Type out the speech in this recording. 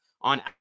on